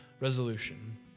Resolution